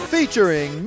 Featuring